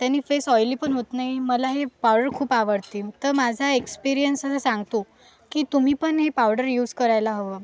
त्यानी face oily पण होत नाही मला हे पावडर खूप आवडते तर माझा एक्सपीरिअन्स असा सांगतो की तुम्ही पण हे पावडर यूज करायला हवं